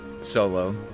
solo